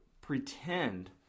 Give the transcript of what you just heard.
pretend